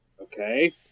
Okay